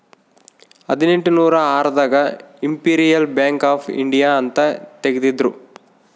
ಹದಿನೆಂಟನೂರ ಆರ್ ದಾಗ ಇಂಪೆರಿಯಲ್ ಬ್ಯಾಂಕ್ ಆಫ್ ಇಂಡಿಯಾ ಅಂತ ತೇಗದ್ರೂ